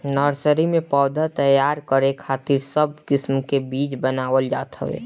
nursery में पौधा तैयार करे खातिर सब किस्म के बीज बनावल जात हवे